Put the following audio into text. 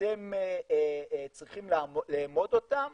שאתם צריכים לאמוד אותן